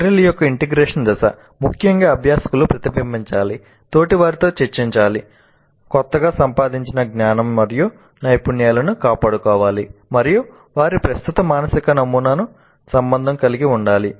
Merrill యొక్క integration దశ ముఖ్యంగా అభ్యాసకులు ప్రతిబింబించాలి తోటివారితో చర్చించాలి కొత్తగా సంపాదించిన జ్ఞానం మరియు నైపుణ్యాలను కాపాడుకోవాలి మరియు వారి ప్రస్తుత మానసిక నమూనాతో సంబంధం కలిగి ఉండాలి